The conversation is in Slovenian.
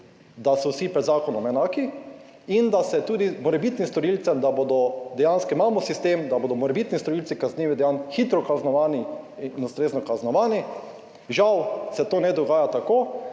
da so vsi pred zakonom enaki in da se tudi morebitnim storilcem, da bodo, dejansko imamo sistem, da bodo morebitni storilci kaznivih dejanj hitro kaznovani in ustrezno kaznovani. Žal se to ne dogaja tako,